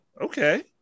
okay